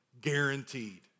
guaranteed